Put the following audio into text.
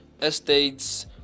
estates